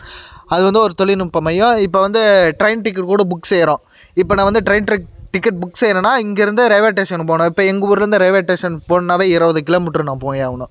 அது வந்து ஒரு தொழில்நுட்பம் மையம் இப்போ வந்து ட்ரெயின் டிக்கெட் கூட புக் செய்கிறோம் இப்போ நான் வந்து ட்ரெயின் டிரிக் டிக்கெட் புக் செய்கிறேன்னா இங்கிருந்து ரயில்வே டேஷனுக்கு போகணும் இப்போ எங்கள் ஊரிலேருந்து ரயில்வே டேஷனுக்கு போகணுன்னாவே இருபது கிலோ மீட்டரு நான் போயாகணும்